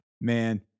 Man